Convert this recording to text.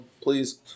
Please